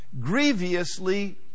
grievously